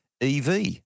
EV